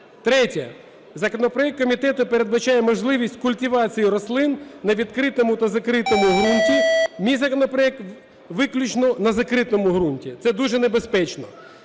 Третє. Законопроект комітету передбачає можливість культивації рослин на відкритому та закритому ґрунті. Мій законопроект виключно на закритому ґрунті. Це дуже небезпечно.